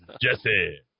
Jesse